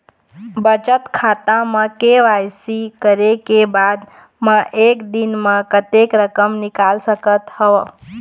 बचत खाता म के.वाई.सी करे के बाद म एक दिन म कतेक रकम निकाल सकत हव?